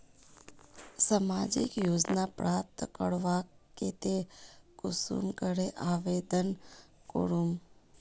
सामाजिक योजना प्राप्त करवार केते कुंसम करे आवेदन करूम?